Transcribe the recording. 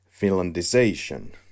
Finlandization